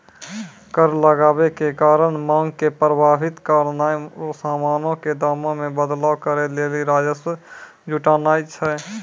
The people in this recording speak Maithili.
कर लगाबै के कारण मांग के प्रभावित करनाय समानो के दामो मे बदलाव करै लेली राजस्व जुटानाय छै